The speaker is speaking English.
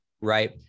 Right